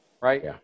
right